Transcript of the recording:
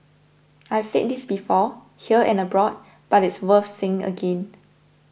I have said this before here and abroad but it's worth saying again